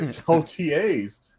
OTAs